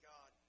God